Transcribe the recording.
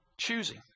choosing